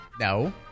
No